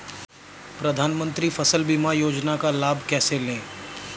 प्रधानमंत्री फसल बीमा योजना का लाभ कैसे लें?